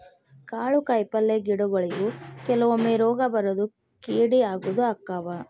ಕಾಳು ಕಾಯಿಪಲ್ಲೆ ಗಿಡಗೊಳಿಗು ಕೆಲವೊಮ್ಮೆ ರೋಗಾ ಬರುದು ಕೇಡಿ ಆಗುದು ಅಕ್ಕಾವ